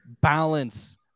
balance